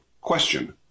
Question